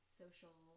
social